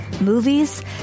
movies